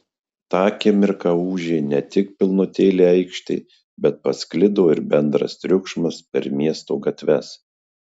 tą akimirką ūžė ne tik pilnutėlė aikštė bet pasklido ir bendras triukšmas per miesto gatves